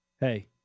Hey